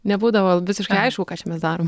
nebūdavo visiškai aišku ką čia mes darom